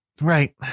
Right